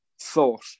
thought